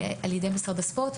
על ידי משרד הספורט,